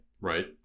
Right